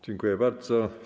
Dziękuję bardzo.